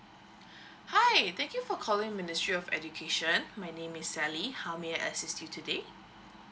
hi thank you for calling ministry of education my name is sally how may I assist you today